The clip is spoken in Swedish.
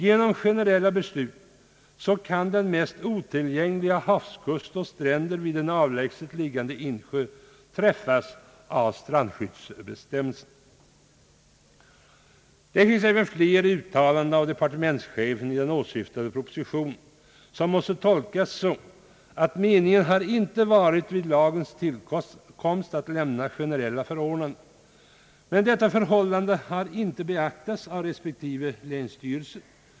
Genom generella beslut kan den mest otillgängliga havskust och stranden vid en avlägset liggande insjö bli föremål för strandskyddsbestämmelser. Det finns även flera uttalanden av departementschefen i den åsyftade propositionen, vilka måste tolkas så att meningen vid lagens tillkomst inte har varit att avge generella förordnanden. Men detta har inte beaktats av respektive länsstyrelser.